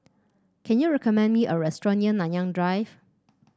can you recommend me a restaurant near Nanyang Drive